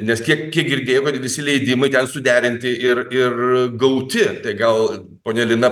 nes kiek kiek girdėjau visi leidimai ten suderinti ir ir gauti tai gal ponia lina